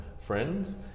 friends